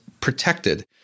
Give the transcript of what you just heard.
protected